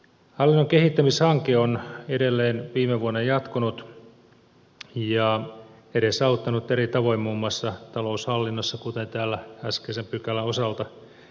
hallinnon kehittämishanke on edelleen viime vuonna jatkunut ja edesauttanut eri tavoin muun muassa taloushallinnossa kuten täällä äskeisen asian osalta ed